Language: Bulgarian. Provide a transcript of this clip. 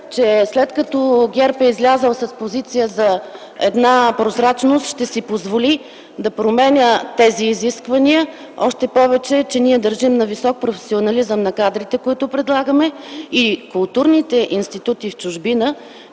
че след като ГЕРБ е излязъл с позиция за една прозрачност, ще си позволи да променя тези изисквания. Още повече, че ние държим на високия професионализъм на кадрите, които предлагаме, и културните институти в чужбина